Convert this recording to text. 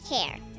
care